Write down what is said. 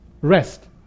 rest